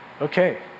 okay